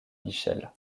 michel